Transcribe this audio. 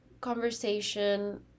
conversation